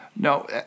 No